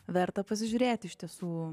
verta pasižiūrėti iš tiesų